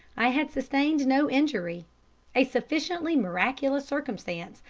i had sustained no injury a sufficiently miraculous circumstance,